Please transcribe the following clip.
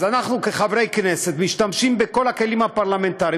אז אנחנו כחברי כנסת משתמשים בכל הכלים הפרלמנטריים